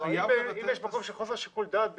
אם יש מקום של חוסר שיקול דעת בכלל,